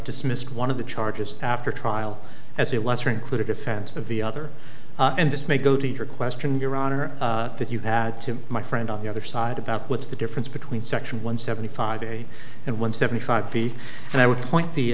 dismissed one of the charges after trial as it was for include a defense of the other and this may go to your question your honor that you had to my friend on the other side about what's the difference between section one seventy five eighty and one seventy five feet and i would point the